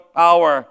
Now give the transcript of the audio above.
power